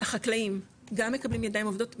החקלאים גם מקבלים ידיים עובדות מיומנות,